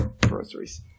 groceries